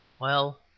Well